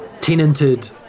tenanted